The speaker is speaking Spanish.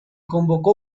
convocó